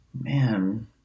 man